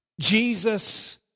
Jesus